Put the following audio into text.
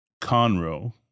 conroe